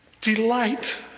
Delight